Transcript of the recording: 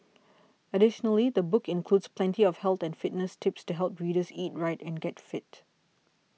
additionally the book includes plenty of health and fitness tips to help readers eat right and get fit